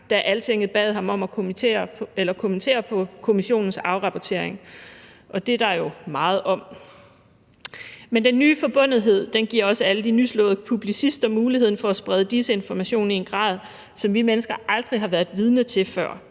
da Altinget bad ham om at kommentere på kommissionens afrapportering, og det er der jo meget om. Den nye forbundethed giver dog også alle de nyslåede publicister mulighed for at sprede desinformation i en grad, som vi mennesker aldrig har været vidner til før.